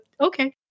okay